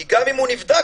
כי גם הוא נבדק,